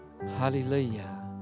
Hallelujah